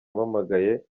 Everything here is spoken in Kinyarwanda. yampamagaye